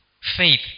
Faith